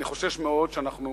אני חושש מאוד שאנחנו